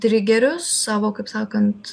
trigerius savo kaip sakant